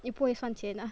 你不会算钱啊